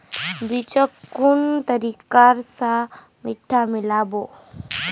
बीजक कुन तरिका स मिट्टीत मिला बो